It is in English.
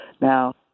Now